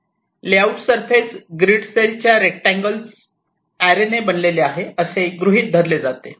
layout surface grid cell च्या rectangles अॅरेने बनलेले आहे असे गृहित धरले जाते